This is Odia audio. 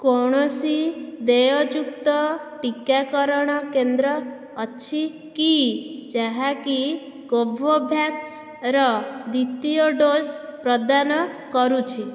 କୌଣସି ଦେୟଯୁକ୍ତ ଟିକାକରଣ କେନ୍ଦ୍ର ଅଛି କି ଯାହାକି କୋଭୋଭ୍ୟାକ୍ସ୍ର ଦ୍ୱିତୀୟ ଡୋଜ୍ ପ୍ରଦାନ କରୁଛି